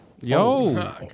Yo